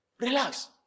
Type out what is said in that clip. Relax